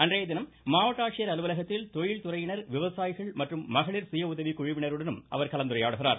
அன்றையதினம் மாவட்ட ஆட்சியர் அலுவலகத்தில் தொழில்துறையினர் விவசாயிகள் மற்றும் மகளிர் சுய உதவிக் குழுவினருடனும் அவர் கலந்துரையாடுகிறார்